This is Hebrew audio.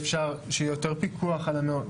שיהיה יותר פיקוח על המעונות.